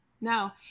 No